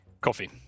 coffee